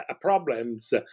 problems